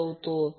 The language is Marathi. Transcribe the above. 6 var आहे